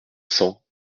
cent